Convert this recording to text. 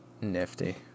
Nifty